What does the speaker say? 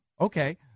Okay